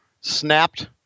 snapped